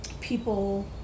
people